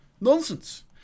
nonsense